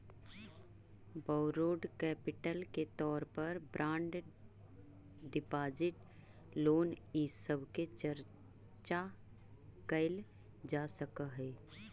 borrowed capital के तौर पर बॉन्ड डिपाजिट लोन इ सब के चर्चा कैल जा सकऽ हई